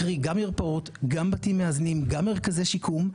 קרי, גם מרפאות, גם בתים מאזנים, גם מרכזי שיקום,